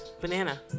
Banana